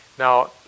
Now